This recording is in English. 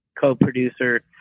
co-producer